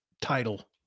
title